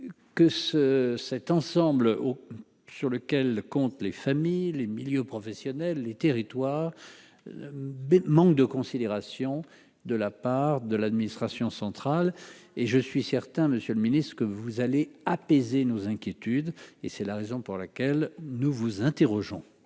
ce cet ensemble au sur lequel comptent les familles, les milieux professionnels, les territoires, manque de considération de la part de l'administration centrale et je suis certain, monsieur le Ministre, que vous allez apaiser nos inquiétudes et c'est la raison pour laquelle nous vous interrogeons.